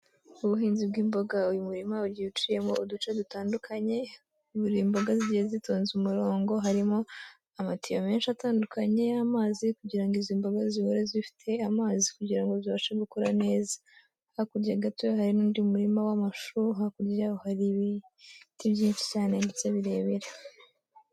Ubuhinzi bw'imboga, uyu murima ugiye uciyemo uduce dutandukanye, buri imboga zigiye zitonze umurongo harimo amatiyo menshi atandukanye y'amazi kugira ngo izi mboga zihore zifite amazi kugira ngo zibashe gukura neza. Hakurya gatoya hari n'undi murima w'amashu, hakurya yaho hari ibiti byinshi cyane ndetse birebire.